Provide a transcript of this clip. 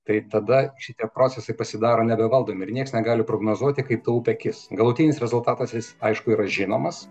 tai tada šitie procesai pasidaro nebevaldomi ir nieks negali prognozuoti kaip ta upė kis galutinis rezultatas jis aišku yra žinomas